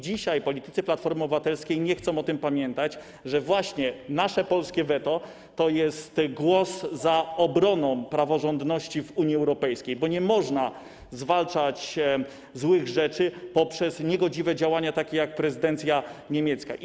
Dzisiaj politycy Platformy Obywatelskiej nie chcą pamiętać o tym, że właśnie nasze polskie weto jest głosem za obroną praworządności w Unii Europejskiej, bo nie można zwalczać złych rzeczy poprzez niegodziwe działania, tak jak w przypadku prezydencji niemieckiej.